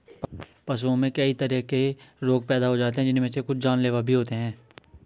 पशुओं में कई तरह के रोग पैदा हो जाते हैं जिनमे से कुछ तो जानलेवा भी होते हैं